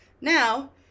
Now